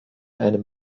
einem